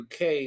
UK